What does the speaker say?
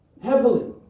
heavily